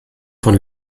von